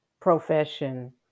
profession